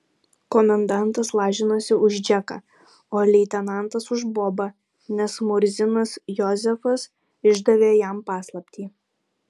komendantas lažinosi už džeką o leitenantas už bobą nes murzinas jozefas išdavė jam paslaptį